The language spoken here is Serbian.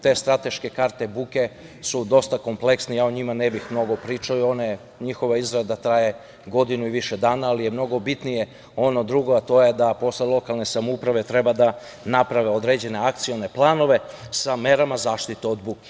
Te strateške karte buke su dosta kompleksne i ja o njima ne bih mnogo pričao, njihova izrada traje godinu i više dana, ali je mnogo bitnije ono drugo, a to je da posle lokalne samouprave treba da naprave određene akcione planove sa merama zaštite od buke.